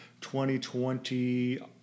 2020